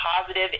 positive